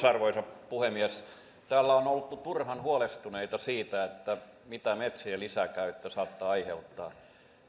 arvoisa puhemies täällä on oltu turhan huolestuneita siitä mitä metsien lisäkäyttö saattaa aiheuttaa